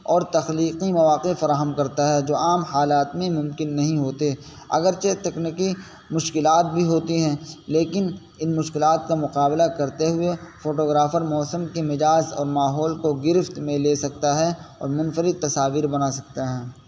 اور تخلیقی مواقع فراہم کرتا ہے جو عام حالات میں ممکن نہیں ہوتے اگرچہ تکنکی مشکلات بھی ہوتی ہیں لیکن ان مشکلات کا مقابلہ کرتے ہوئے فوٹوگرافر موسم کے مزاج اور ماحول کو گرفت میں لے سکتا ہے اور منفرد تصاویر بنا سکتا ہے